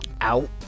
out